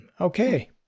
Okay